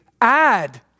add